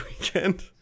weekend